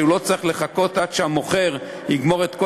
שכן הוא לא צריך לחכות עד שהמוכר יגמור את כל